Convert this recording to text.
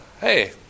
hey